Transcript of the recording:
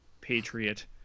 patriot